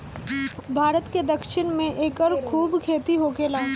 भारत के दक्षिण में एकर खूब खेती होखेला